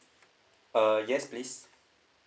uh yes please